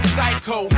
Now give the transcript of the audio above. Psycho